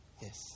Yes